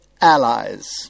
allies